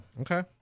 Okay